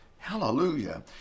Hallelujah